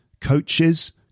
Coaches